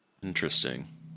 Interesting